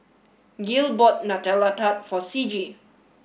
Gil bought Nutella Tart for Ciji